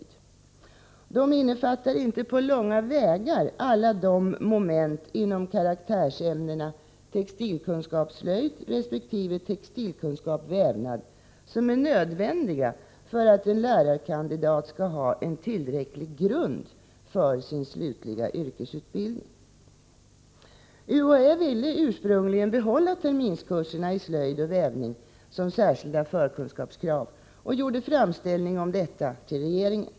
Dessa slöjdtimmar innefattar inte på långa vägar alla de moment inom karaktärsämnena textilkunskap vävnad som är nödvändiga för att en lärarkandidat skall ha en tillräcklig grund för sin slutliga yrkesutbildning. UHÄ ville ursprungligen behålla terminskurserna i slöjd och vävning som särskilda förkunskapskrav och gjorde en framställning om detta till regeringen.